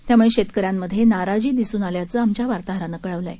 यामुळे शेतकऱ्यांमधे नाराजी दिसून आल्याचं आमच्या वार्ताहरानं कळवलं आहे